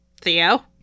Theo